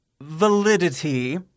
validity